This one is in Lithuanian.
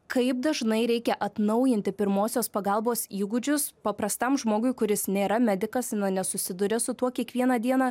kaip dažnai reikia atnaujinti pirmosios pagalbos įgūdžius paprastam žmogui kuris nėra medikas na nesusiduria su tuo kiekvieną dieną